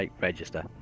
register